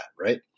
right